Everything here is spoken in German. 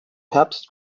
herbst